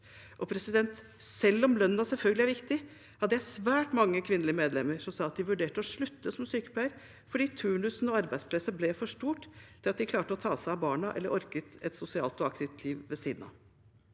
stort sykehus. Selv om lønnen selvfølgelig er viktig, hadde jeg svært mange kvinnelige medlemmer som sa at de vurderte å slutte som sykepleier på grunn av turnusen og fordi arbeidspresset ble for stort til at de klarte å ta seg av barna eller orket et sosialt og aktivt liv ved siden av.